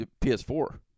PS4